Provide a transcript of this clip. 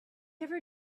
ever